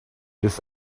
this